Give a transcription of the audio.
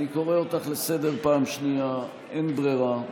אני קורא אותך לסדר פעם שנייה, אין ברירה.